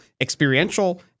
experiential